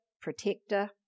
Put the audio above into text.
protector